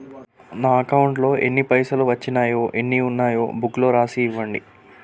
నా అకౌంట్లో ఎన్ని పైసలు వచ్చినాయో ఎన్ని ఉన్నాయో బుక్ లో రాసి ఇవ్వండి?